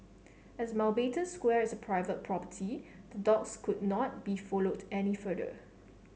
as Mountbatten Square is private property the dogs could not be followed any further